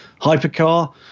Hypercar